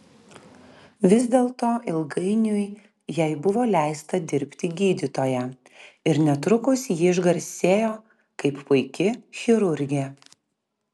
vis dėlto ilgainiui jai buvo leista dirbti gydytoja ir netrukus ji išgarsėjo kaip puiki chirurgė